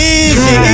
easy